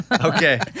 Okay